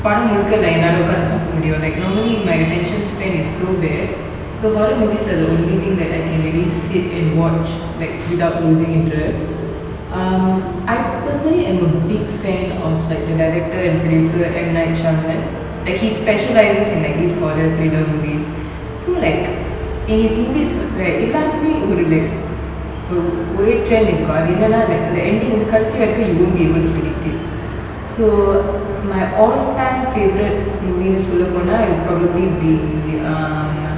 படம் முழுக்க என்னால உட்க்கார்ந்துக்க முடியலை:padam muzhuka ennala udkarnthuka mudiyalai like normally my attention span is so bad so horror movies are the only thing that I can really sit and watch like without losing interest um I personally am a big fan of like the director and producer M night shayamalin like he specialises in like these horror thriller movies so like in his movies right எல்லாருக்குமே ஒரு:ellarukume oru like the ending வந்து கடைசி வரைக்கும்:vanthu kadaisi varaikum you won't be able to predict it so my all time favourite movie னு சொல்ல போனா:nu solla pona is probably the um